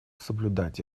соблюдать